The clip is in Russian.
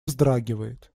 вздрагивает